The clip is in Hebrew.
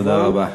תודה רבה.